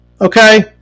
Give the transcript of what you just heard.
okay